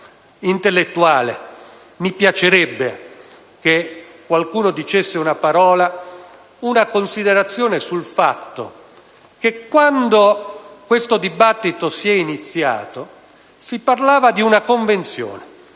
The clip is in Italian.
mi piacerebbe che qualcuno dicesse una parola - una considerazione sul fatto che, quando questo dibattito è iniziato, si parlava di una convenzione